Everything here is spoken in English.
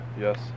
yes